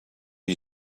you